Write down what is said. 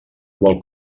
qual